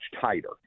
tighter